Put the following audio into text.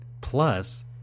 Plus